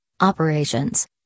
operations